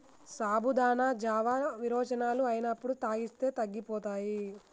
సాబుదానా జావా విరోచనాలు అయినప్పుడు తాగిస్తే తగ్గిపోతాయి